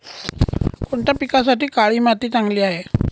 कोणत्या पिकासाठी काळी माती चांगली आहे?